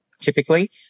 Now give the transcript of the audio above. typically